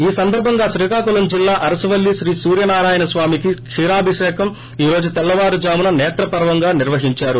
ఈ సందర్బంగా శ్రీకాకుళం జిల్లా అరసవల్లి శ్రీ సూర్యనారాయణ స్వామికి కీరాభిషేకం ఈ రోజు తెల్లవారుజామున సేత్ర పర్వంగా నిర్వహించారు